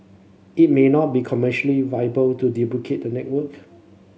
it may not be commercially viable to duplicate the network